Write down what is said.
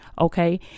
Okay